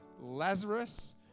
Lazarus